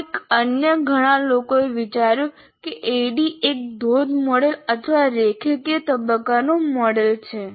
કોઈક અન્ય ઘણા લોકોએ વિચાર્યું છે કે ADDIE એક ધોધ મોડેલ અથવા રેખીય તબક્કાનું મોડેલ છે